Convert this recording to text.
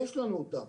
יש לנו אותם.